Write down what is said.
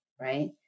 right